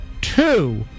two